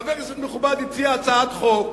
חבר כנסת מכובד הציע הצעת חוק,